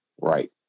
right